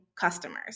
customers